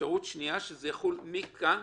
אפשרות שנייה, שזה יחול מכאן